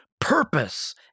purpose